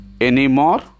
anymore